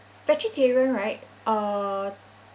vegetarian right uh